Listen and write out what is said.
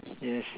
yes